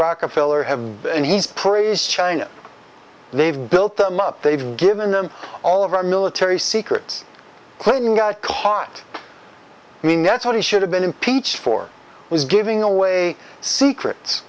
rockefeller have and he's praise china they've built them up they've given them all of our military secrets clinton got caught in the nets what he should have been impeached for was giving away secrets